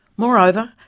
moreover,